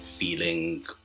feeling